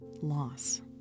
Loss